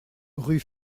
rue